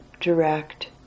direct